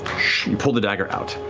you pull the dagger out.